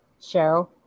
Cheryl